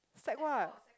sec what